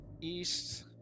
east